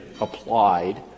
applied